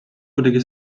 kuidagi